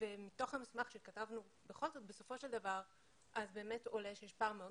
מתוך המסמך שכתבנו בכל זאת באמת עולה שיש פער מאוד